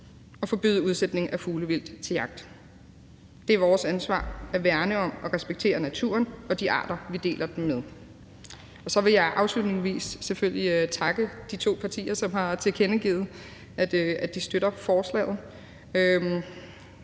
og forbyde udsætningen af fuglevildt til jagt. Det er vores ansvar at værne om og respektere naturen og de arter, vi deler den med. Så vil jeg afslutningsvis selvfølgelig takke de to partier, som har tilkendegivet, at de støtter forslaget,